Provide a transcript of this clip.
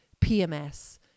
PMS